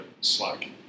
Slack